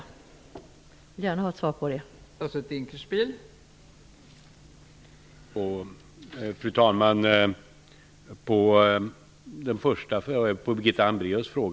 Jag vill gärna ha ett svar på min fråga.